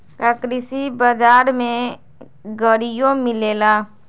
का कृषि बजार में गड़ियो मिलेला?